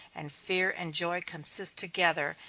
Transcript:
and fear and joy consist together,